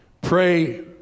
pray